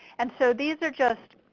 and so these are just